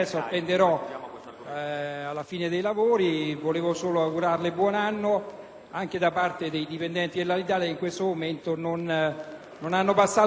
la fine dei lavori, ma volevo solo augurarle buon anno anche da parte dei dipendenti dell'Alitalia che questo momento non lo hanno passato bene,